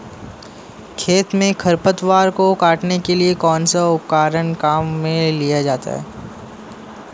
खेत में खरपतवार को काटने के लिए कौनसा उपकरण काम में लिया जाता है?